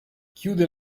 chiude